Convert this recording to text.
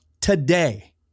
today